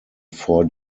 four